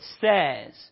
says